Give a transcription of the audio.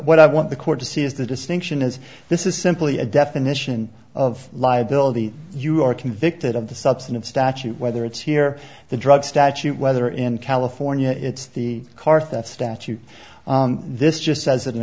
what i want the court to see is the distinction is this is simply a definition of liability you are convicted of the substantive statute whether it's here the drug statute whether in california it's the car theft statute this just says